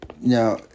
Now